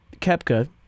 Kepka